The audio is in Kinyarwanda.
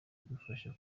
gufasha